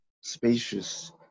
spacious